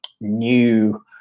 new